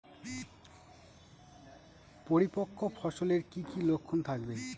পরিপক্ক ফসলের কি কি লক্ষণ থাকবে?